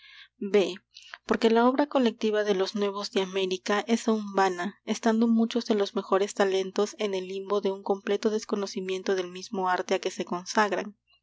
b porque la obra colectiva de los nuevos de américa es aún vana estando muchos de los mejores talentos en el limbo de un completo desconocimiento del mismo arte a que se consagran